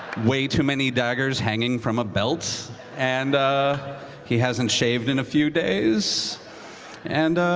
way too many daggers hanging from a belt and he hasn't shaved in a few days and